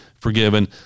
forgiven